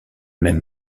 même